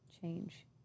Change